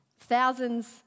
Thousands